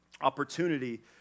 opportunity